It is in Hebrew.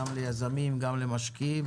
לפעול.